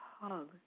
hug